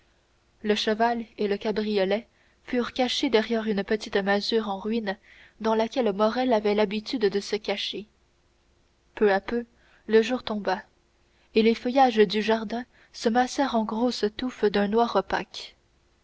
le cheval et le cabriolet furent cachés derrière une petite masure en ruine dans laquelle morrel avait l'habitude de se cacher peu à peu le jour tomba et les feuillages du jardin se massèrent en grosses touffes d'un noir opaque